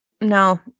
No